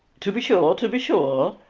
to be sure! to be sure!